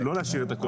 לא להשאיר את הכל.